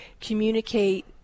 communicate